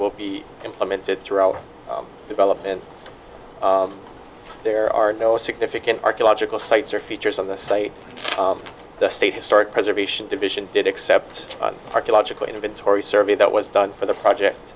will be implemented throughout development there are no significant archaeological sites or features on the site the state historic preservation division did except archeological inventory survey that was done for the project